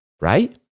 right